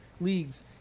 leagues